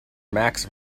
max